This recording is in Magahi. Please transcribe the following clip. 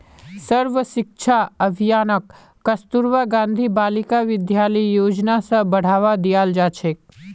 सर्व शिक्षा अभियानक कस्तूरबा गांधी बालिका विद्यालय योजना स बढ़वा दियाल जा छेक